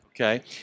Okay